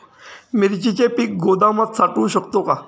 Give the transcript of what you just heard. मिरचीचे पीक गोदामात साठवू शकतो का?